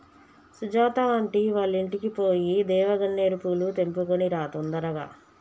Sujatha aunty వాళ్ళింటికి పోయి దేవగన్నేరు పూలు తెంపుకొని రా తొందరగా